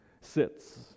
sits